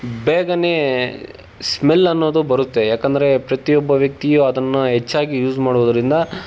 ಬೇಗ ಸ್ಮೆಲ್ ಅನ್ನೋದು ಬರುತ್ತೆ ಯಾಕೆಂದ್ರೆ ಪ್ರತಿಯೊಬ್ಬ ವ್ಯಕ್ತಿಯು ಅದನ್ನು ಹೆಚ್ಚಾಗಿ ಯೂಸ್ ಮಾಡೋದರಿಂದ